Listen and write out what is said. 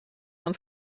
uns